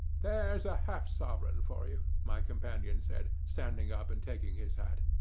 there's a half-sovereign for you, my companion said, standing up and taking his hat.